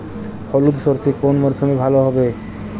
হলুদ সর্ষে কোন মরশুমে ভালো হবে?